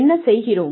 என்ன செய்கிறோம்